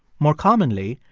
more commonly,